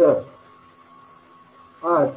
तर आज